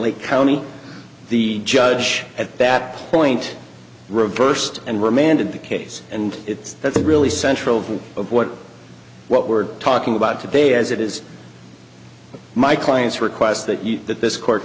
lake county the judge at that point reversed and remanded the case and it's that's really central of what what we're talking about today as it is my client's request that you that this court